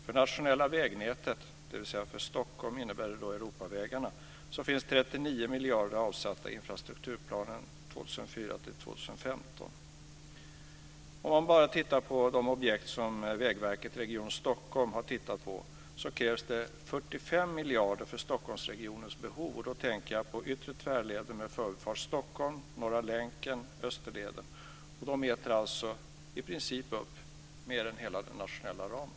För nationella vägnätet - för Stockholm innebär det Europavägarna - finns det 39 miljarder avsatta i infrastrukturplanen för 2004-2015. Om man bara ser till de objekt som Vägverket och Region Stockholm har tittat på krävs det 45 miljarder för Stockholmsregionens behov. Då tänker jag på yttre tvärleden med Förbifart Stockholm, Norra Länken och Österleden. De äter i princip upp mer är hela den nationella ramen.